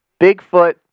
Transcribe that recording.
Bigfoot